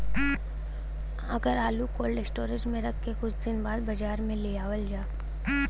अगर आलू cold storage में रख के कुछ दिन बाद बाजार में लियावल जा?